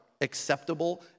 acceptable